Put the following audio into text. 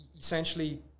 essentially